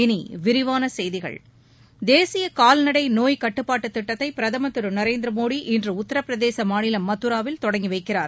இனி விரிவான செய்திகள் தேசிய கால்நடை நோய் கட்டுப்பாட்டுத் திட்டத்தை பிரதமர் திரு நரேந்திர மோடி இன்று உத்திரப்பிரதேச மாநிலம் மதராவில் தொடங்கி வைக்கிறார்